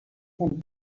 him